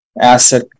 asset